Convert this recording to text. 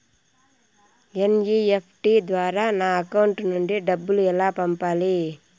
NEFT ద్వారా నా account నుండి డబ్బులు ఎలా పంపాలి